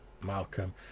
Malcolm